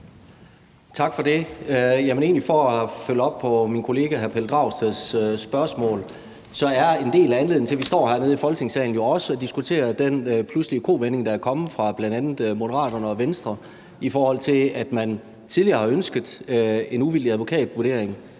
Tak for det. Jeg vil egentlig følge op på min kollega hr. Pelle Dragsteds spørgsmål. En del af anledningen til, at vi står her i Folketingssalen, er jo også den pludselige kovending, der er kommet fra bl.a. Moderaterne og Venstre, i forhold til at man tidligere har ønsket en uvildig advokatvurdering